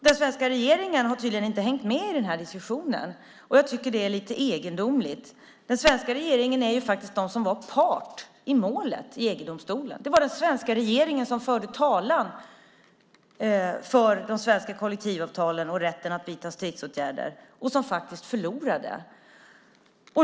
Den svenska regeringen har tydligen inte hängt med i diskussionen, vilket jag tycker är lite egendomligt. Den svenska regeringen var ju part i målet i EG-domstolen. Det var den svenska regeringen som förde talan för de svenska kollektivavtalen och rätten att vidta stridsåtgärder - och förlorade.